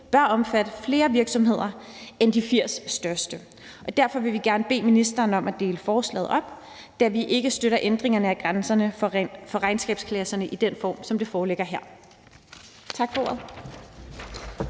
bør omfatte flere virksomheder end de 80 største, og derfor vil vi gerne bede ministeren om at dele forslaget op, da vi ikke støtter ændringerne af grænserne for regnskabsklasserne i den form, som det foreligger her. Tak for ordet.